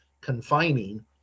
confining